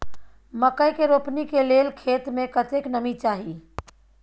मकई के रोपनी के लेल खेत मे कतेक नमी चाही?